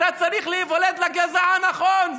אתה צריך להיוולד לגזע הנכון,